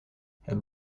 het